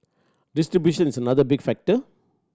distribution is another big factor